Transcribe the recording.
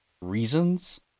reasons